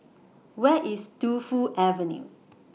Where IS Tu Fu Avenue